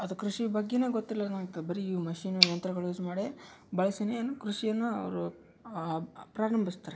ಅದು ಕೃಷಿ ಬಗ್ಗೆ ಗೊತ್ತಿಲನ್ ಆಗ್ತದ ಬರಿ ಮೆಷಿನು ಯಂತ್ರಗಳು ಯೂಸ್ ಮಾಡಿ ಬಳಸಿನೇನು ಕೃಷಿಯನ್ನು ಅವರು ಪ್ರಾರಂಭಿಸ್ತಾರೆ